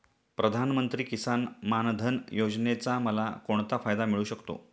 प्रधानमंत्री किसान मान धन योजनेचा मला कोणता फायदा मिळू शकतो?